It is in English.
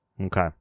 Okay